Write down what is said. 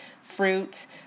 fruits